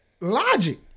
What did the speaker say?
Logic